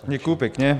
Děkuji pěkně.